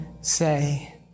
say